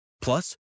Plus